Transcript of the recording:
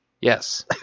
Yes